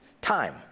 time